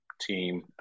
team